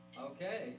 Okay